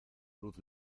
luz